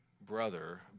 brother